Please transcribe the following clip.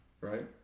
right